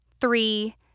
Three